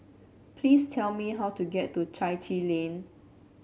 please tell me how to get to Chai Chee Lane